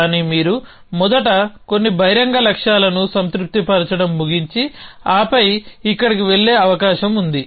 కానీ మీరు మొదట కొన్ని బహిరంగ లక్ష్యాలను సంతృప్తి పరచడం ముగించి ఆపై ఇక్కడకు వెళ్లే అవకాశం ఉంది